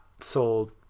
sold